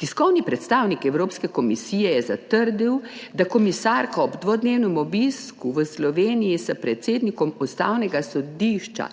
Tiskovni predstavnik Evropske komisije je zatrdil, da komisarka ob dvodnevnem obisku v Sloveniji s predsednikom Ustavnega sodišča